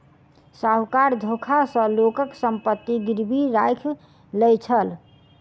साहूकार धोखा सॅ लोकक संपत्ति गिरवी राइख लय छल